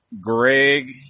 Greg